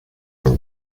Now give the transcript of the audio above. from